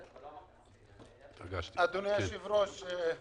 אדוני היושב-ראש,